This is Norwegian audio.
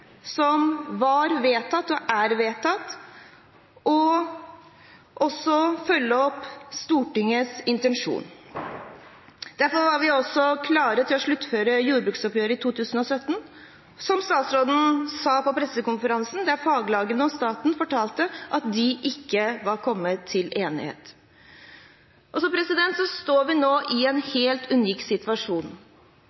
som var vedtatt og er vedtatt, og også følge opp Stortingets intensjon. Derfor var vi også klare til å sluttføre jordbruksoppgjøret i 2017, som statsråden sa på pressekonferansen der faglagene og staten fortalte at de ikke var kommet til enighet. Vi står nå i en helt unik situasjon. Et flertall i